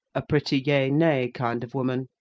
a pretty yea nay kind of woman,